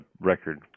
record